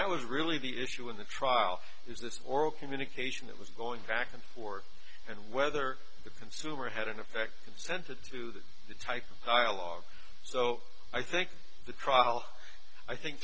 that was really the issue in the trial is this oral communication that was going back and forth and whether the consumer had in effect consented to that type a log so i think the trial i think